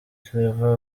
claver